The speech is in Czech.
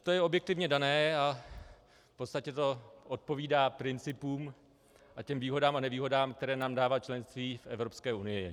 To je objektivně dané a v podstatě to odpovídá principům a těm výhodám a nevýhodám, které nám dává členství v Evropské unii.